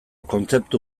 kontzeptu